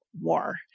war